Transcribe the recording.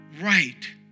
right